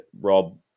Rob